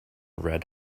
red